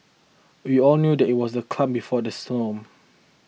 we all knew that it was the calm before the storm